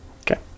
okay